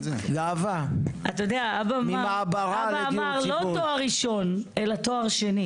אבא אמר, לא תואר ראשון, אלא תואר שני.